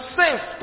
safe